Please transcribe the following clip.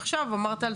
אמרת על